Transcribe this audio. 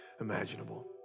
imaginable